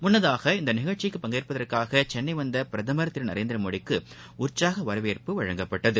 முன்னதாக இந்த நிஷழ்ச்சியில் பங்கேற்பதற்காக சென்னை வந்த பிரதமர் திரு நரேந்திர மோடிக்கு உற்சாக வரவேற்பு அளிக்கப்பட்டது